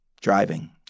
driving